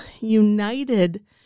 united